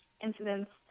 incidents